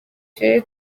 turere